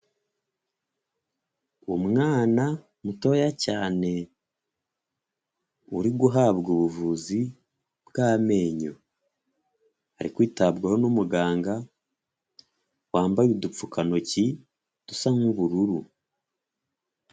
Umwana mutoya cyane uri guhabwa ubuvuzi bw'amenyo, ari kwitabwaho n'umuganga wambaye udupfukantoki dusa nk'ubururu.